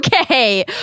Okay